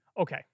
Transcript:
Okay